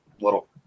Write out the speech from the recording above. little